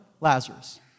Lazarus